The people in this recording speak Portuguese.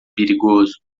perigoso